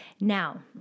Now